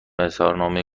اظهارنامه